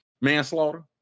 manslaughter